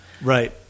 Right